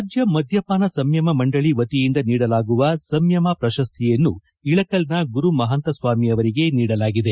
ರಾಜ್ಯ ಮದ್ಯಪಾನ ಸಂಯಮ ಮಂಡಳಿ ವತಿಯಿಂದ ನೀಡಲಾಗುವ ಸಂಯಮ ಪ್ರಶಸ್ತಿಯನ್ನು ಇಳಕಲ್ನ ಗುರು ಮಹಾಂತ ಸ್ವಾಮಿ ಅವರಿಗೆ ನೀಡಲಾಗಿದೆ